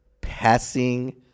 passing